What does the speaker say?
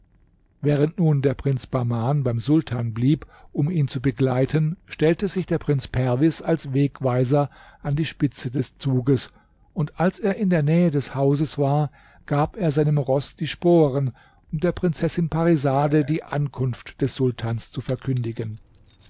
während nun der prinz bahman beim sultan blieb um ihn zu begleiten stellte sich der prinz perwis als wegweiser an die spitze des zuges und als er in der nähe des hauses war gab er seinem roß die sporen um der prinzessin parisade die ankunft des sultans zu verkündigen